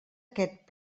aquest